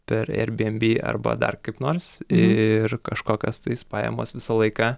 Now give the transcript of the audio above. per airbnb arba dar kaip nors ir kažkokias tais pajamas visą laiką